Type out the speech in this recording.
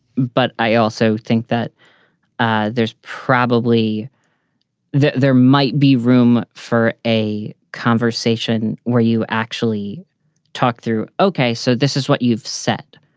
but i also think that ah there's probably there might be room for a conversation where you actually talk through. okay, so this is what you've said.